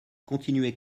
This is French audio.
continuer